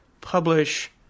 publish